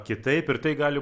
kitaip ir tai gali